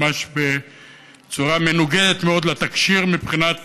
ממש בצורה מנוגדת לתקשי"ר מבחינת